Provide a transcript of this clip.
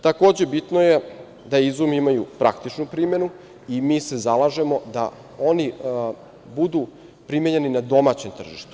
Takođe je bitno da izumi imaju praktičnu primenu i mi se zalažemo da oni budu primenjeni na domaćem tržištu.